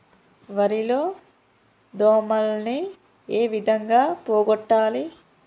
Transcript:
వరి లో దోమలని ఏ విధంగా పోగొట్టాలి?